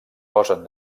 posen